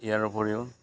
ইয়াৰ উপৰিও